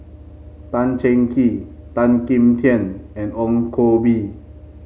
Tan Cheng Kee Tan Kim Tian and Ong Koh Bee